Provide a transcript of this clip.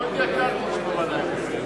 מאוד יקר לשמור על האתיקה.